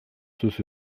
sus